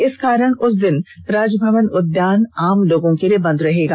इस कारण उस दिन राजभवन उद्यान आम लोगों के लिए बंद रहेगा